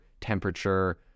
temperature